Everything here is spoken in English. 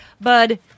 bud